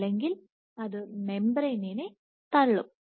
അല്ലെങ്കിൽ അത് മെംബ്രേയ്നിനെ തള്ളും